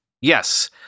Yes